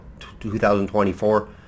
2024